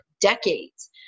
decades